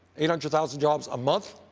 eight hundred thousand jobs a month.